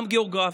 גם גיאוגרפיה,